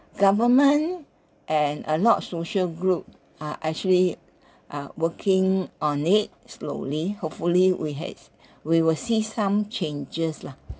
government and a lot of social group are actually uh working on it slowly hopefully we have we will see some changes lah